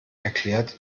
erklärt